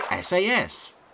SAS